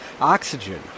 Oxygen